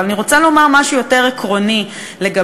אבל אני רוצה לומר משהו יותר עקרוני לגבי